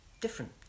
different